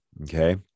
Okay